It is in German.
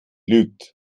lügt